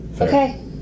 okay